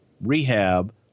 rehab